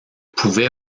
pouvait